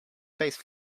face